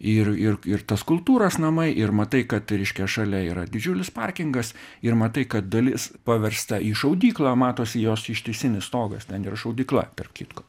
ir ir ir tas kultūros namai ir matai kad reiškia šalia yra didžiulis parkingas ir matai kad dalis paversta į šaudyklą matosi jos ištisinis stogas ten yra šaudykla tarp kitko